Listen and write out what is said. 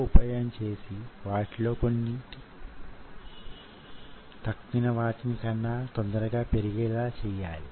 మరో విధంగా చెప్పాలంటే దాని మ్యోలిక్యులర్ స్వభావాన్ని కొద్దిగా పరిశీలించాలి